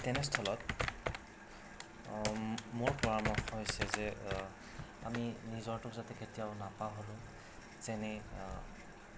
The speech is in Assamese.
তেনেস্থলত মোৰ পৰামৰ্শ হৈছে যে আমি নিজৰটো যাতে কেতিয়াও নাপাহৰোঁ যেনে